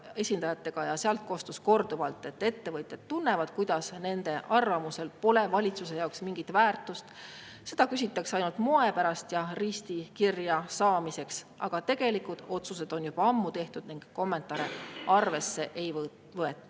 esindajatega ja [neilt] kostus korduvalt, et ettevõtjad tunnevad, kuidas nende arvamusel pole valitsuse jaoks mingit väärtust, seda küsitakse ainult moe pärast ja [linnukese] kirja saamiseks. Tegelikud otsused on juba ammu tehtud ning kommentaare arvesse ei võeta.